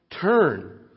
turn